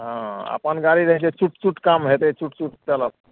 हँ अपन गाड़ी रहै छै चुटचुट काम हेतै चुटचुट चलत